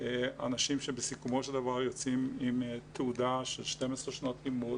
אנשים שבסיכומו של דבר יוצאים עם תעודה של 12 שנות לימוד,